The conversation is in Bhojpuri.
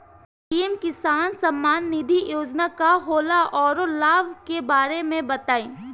पी.एम किसान सम्मान निधि योजना का होला औरो लाभ के बारे में बताई?